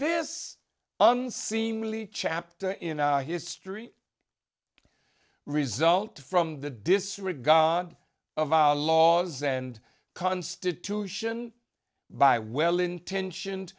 this unseemly chapter in history result from the disregard of our laws and constitution by well intentioned